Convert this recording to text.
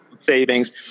savings